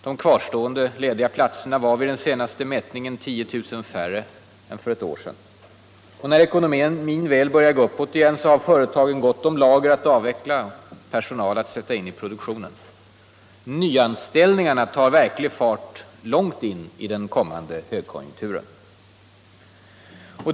De kvarstående lediga platserna var vid den senaste mätningen 10 000 färre än för ett år sedan. Och när ekonomin väl börjar gå uppåt igen har företagen gott om lager att avveckla och personal att sätta in i produktionen. Nyanställningarna tar verklig fart långt in i den kommande högkonjunkturen.